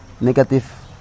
negative